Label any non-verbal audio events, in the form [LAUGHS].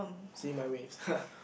see my waves [LAUGHS]